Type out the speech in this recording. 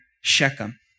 Shechem